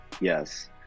Yes